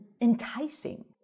enticing